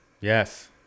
Yes